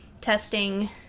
testing